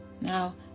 Now